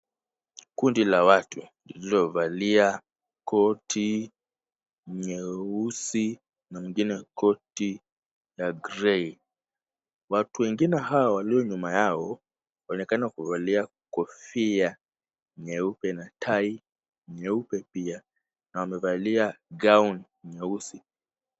Kundi la watu lililovalia koti nyeusi na wengine koti ya (cs) grey (cs). Watu wengine hawa walio nyuma yao wanaonekana kuvalia kofia nyeupe na tai nyeupe pia na wamevalia (cs) gauni (cs) nyeusi.